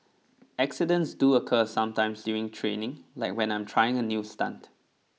accidents do occur sometimes during training like when I'm trying a new stunt